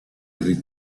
harry